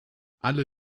alle